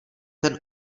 ten